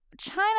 China